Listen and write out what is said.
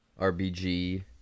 RBG